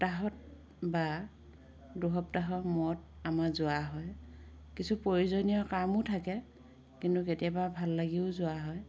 সপ্তাহত বা দুসপ্তাহৰ মূৰত আমাৰ যোৱা হয় কিছু প্ৰয়োজনীয় কামো থাকে কিন্তু কেতিয়াবা ভাল লাগিও যোৱা হয়